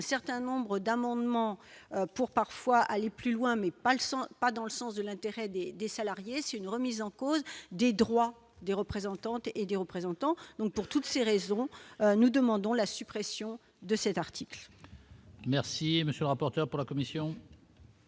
d'un certain nombre d'amendements pour parfois aller plus loin, mais pas le sont pas dans le sens de l'intérêt des des salariés, c'est une remise en cause des droits des représentantes et des représentants donc pour toutes ces raisons, nous demandons la suppression de cet article. Merci, monsieur le rapporteur pour la commission.